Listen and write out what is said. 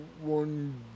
one